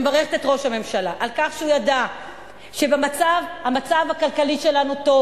ומברכת את ראש הממשלה על כך שהוא ידע שהמצב הכלכלי שלנו טוב,